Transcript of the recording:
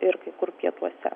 ir kai kur pietuose